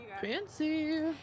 Fancy